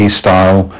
style